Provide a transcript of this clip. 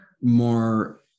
more